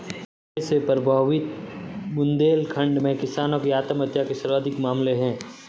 सूखे से प्रभावित बुंदेलखंड में किसानों की आत्महत्या के सर्वाधिक मामले है